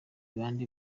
bande